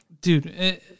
dude